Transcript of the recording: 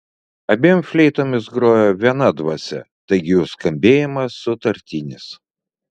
abiem fleitomis grojo viena dvasia taigi jų skambėjimas sutartinis